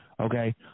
Okay